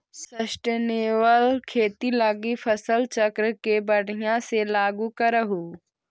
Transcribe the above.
sustainable खेती लागी फसल चक्र के बढ़ियाँ से लागू करहूँ